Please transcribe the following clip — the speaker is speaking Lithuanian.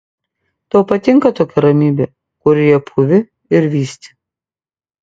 tau patinka tokia ramybė kurioje pūvi ir vysti